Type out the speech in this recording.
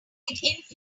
infuriates